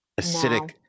acidic